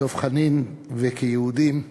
דב חנין, וכיהודים,